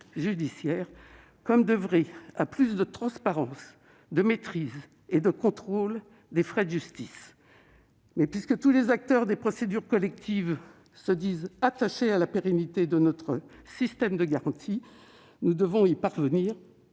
d'oeuvrer à plus de transparence, de maîtrise et de contrôle des frais de justice. Tous les acteurs des procédures collectives se disent néanmoins attachés à la pérennité de notre système de garantie. Nous devons donc parvenir